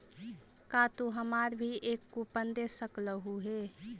का तू हमारा भी एक कूपन दे सकलू हे